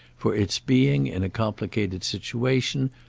for its being, in a complicated situation,